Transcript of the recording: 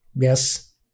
Yes